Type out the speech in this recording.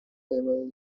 table